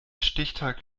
stichtag